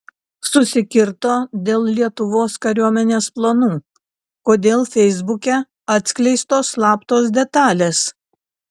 susikirto dėl lietuvos kariuomenės planų kodėl feisbuke atskleistos slaptos detalės